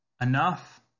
enough